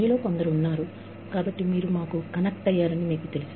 మీలో కొందరు ఉన్నారు మీరు మాకు కనెక్ట్ అయ్యారని మీకు తెలుసు